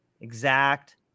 exact